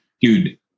dude